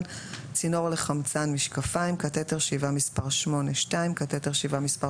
1 צינור לחמצן (משקפיים) 1 קטטר שאיבה מספר 8 2 קטטר שאיבה מספר